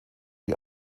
die